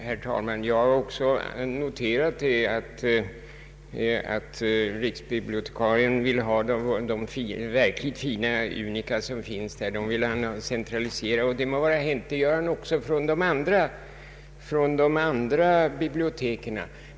Herr talman! Jag har också noterat att riksbibliotekarien vill ha verkligt fina unika centraliserade. Det må vara hänt. På den punkten uttalar han sig likadant i fråga om de andra biblioteken.